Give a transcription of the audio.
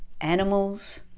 animals